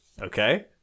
Okay